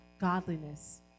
godliness